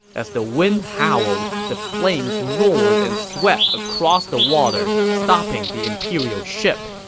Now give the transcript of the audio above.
as the wind howled, the flames roared and swept across the water, stopping the imperial ship.